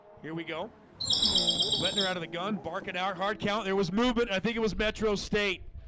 here we go letting her out of the gun barking our hard count there was movement. i think it was metro state